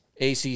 ACC